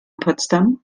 potsdam